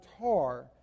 guitar